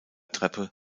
treppe